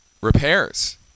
Repairs